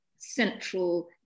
central